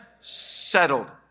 settled